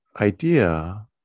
idea